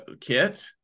kit